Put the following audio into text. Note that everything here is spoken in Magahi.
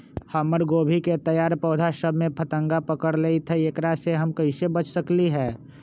हमर गोभी के तैयार पौधा सब में फतंगा पकड़ लेई थई एकरा से हम कईसे बच सकली है?